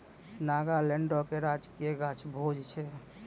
नागालैंडो के राजकीय गाछ भोज छै